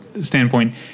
standpoint